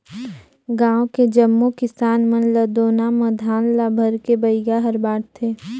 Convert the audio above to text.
गांव के जम्मो किसान मन ल दोना म धान ल भरके बइगा हर बांटथे